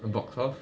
a box of